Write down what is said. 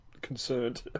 concerned